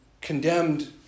condemned